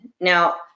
Now